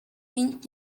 dient